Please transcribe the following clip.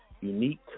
unique